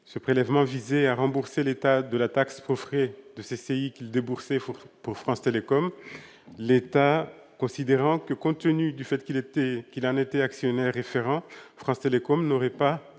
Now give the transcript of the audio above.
Ce prélèvement visait à rembourser l'État de la taxe pour frais de CCI qu'il déboursait pour France Télécom, l'État considérant que, compte tenu du fait qu'il en était actionnaire référent, France Télécom n'aurait pas